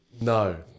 No